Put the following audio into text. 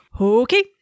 Okay